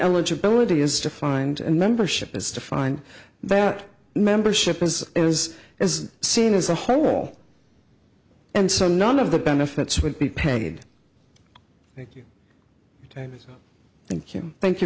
eligibility is defined and membership is to find that membership is is as seen as a whole and so none of the benefits would be paid thank you thank you thank you